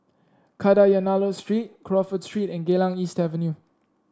Kadayanallur Street Crawford Street and Geylang East Avenue